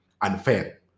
unfair